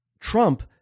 Trump